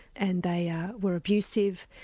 and they were abusive.